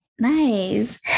Nice